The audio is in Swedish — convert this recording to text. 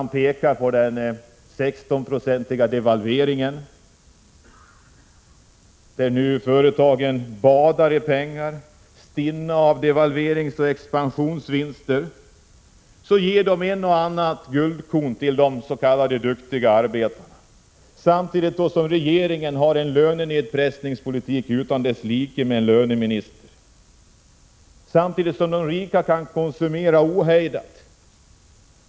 Han pekar på den 16-procentiga devalveringen, att företagen badar i pengar, stinna av devalveringsoch expansionsvinster och ger ett och annat guldkorn till ”duktiga” arbetare. Regeringen och löneministern för en lönenedpressningspolitik utan like samtidigt som de rika kan konsumera ohejdat.